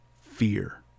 fear